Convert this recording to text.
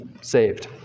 saved